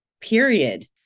period